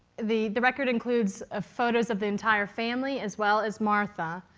the the record includes ah photos of the entire family as well as martha.